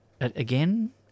again